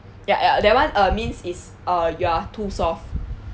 ya ya that one uh means is uh you're too soft